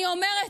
אני אומרת: